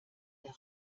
der